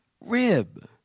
rib